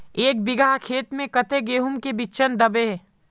एक बिगहा खेत में कते गेहूम के बिचन दबे?